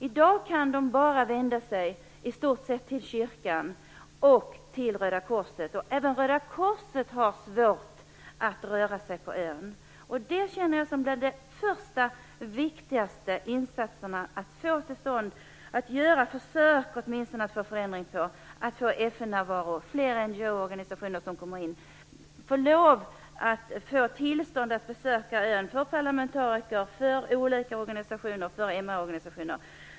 I dag kan de i stort sett bara vända sig till kyrkan och Röda korset. Även Röda korset har svårt att röra sig på ön. Detta känner jag som de första och viktigaste insatserna att få till stånd, att åtminstone göra försök att få en förändring, att få FN-närvaro, fler organisationer som kommer in och tillstånd att besöka ön för parlamentariker, för olika organisationer och MR organisationer.